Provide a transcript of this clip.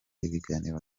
ibiganiro